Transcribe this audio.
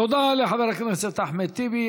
תודה לחבר הכנסת אחמד טיבי.